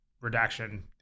redaction